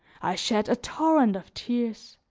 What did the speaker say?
i shed a torrent of tears